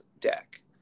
deck